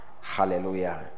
hallelujah